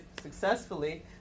successfully